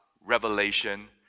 revelation